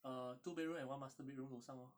err two bedroom and one master bedroom 楼上 lor